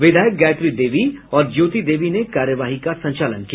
विधायक गायत्री देवी और ज्योति देवी ने कार्यवाही का संचालन किया